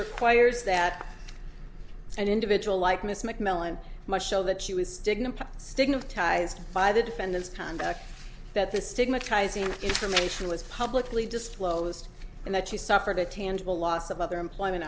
requires that an individual like miss mcmillan must show that she was stigmatized stigmatized by the defendant's conduct that this stigmatizing information was publicly disclosed and that she suffered a tangible loss of other employment